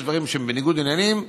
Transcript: אם יש דברים שהם בניגוד עניינים,